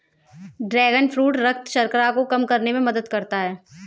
dragon fruit रक्त शर्करा को कम करने में मदद करता है